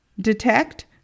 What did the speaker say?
detect